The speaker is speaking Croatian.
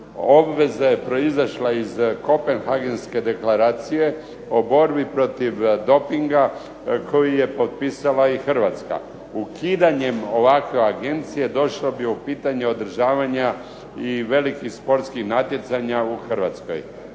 obveze proizašle iz kopenhagenške Deklaracije o borbi protiv dopinga koji je potpisala i Hrvatska. Ukidanjem ovakve agencije došao bi u pitanje održavanja i velikih sportskih natjecanja u Hrvatskoj.